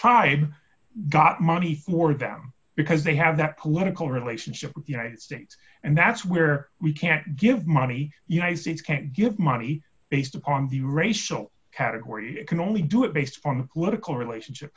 hybrid got money more them because they have that political relationship with united states and that's where we can give money united states can't give money based on the racial categories can only do it based on political relationship